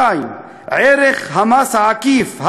2. ערך המס העקיף,